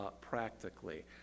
practically